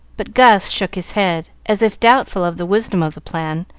but gus shook his head, as if doubtful of the wisdom of the plan,